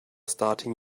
starting